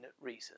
reason